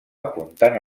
apuntant